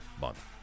month